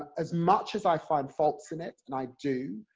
as much as i find faults in it, and i do,